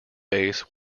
base